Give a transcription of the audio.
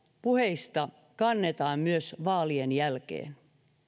puheista kannetaan myös vaalien jälkeen